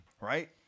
right